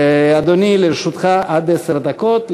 אדוני, לרשותך עד עשר דקות.